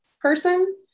person